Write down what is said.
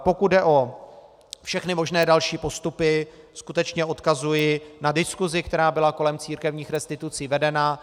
Pokud jde o všechny možné další postupy, skutečně odkazuji na diskusi, která byla kolem církevních restitucí vedena.